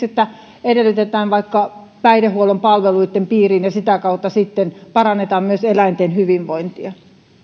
että esimerkiksi edellytetään menoa vaikka päihdehuollon palveluitten piiriin ja sitä kautta sitten parannetaan myöskin eläinten hyvinvointia